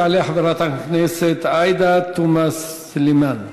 תעלה חברת הכנסת עאידה תומא סלימאן.